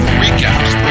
recaps